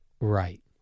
Right